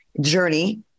journey